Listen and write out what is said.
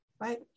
right